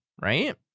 right